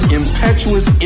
impetuous